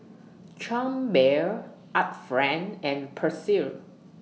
Chang Beer Art Friend and Persil